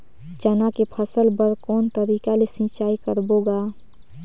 चना के फसल बर कोन तरीका ले सिंचाई करबो गा?